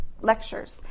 lectures